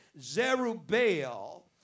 Zerubbabel